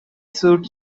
suit